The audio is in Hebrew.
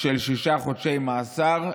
של שישה חודשי מאסר,